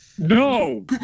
No